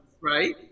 right